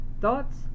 thoughts